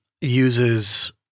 uses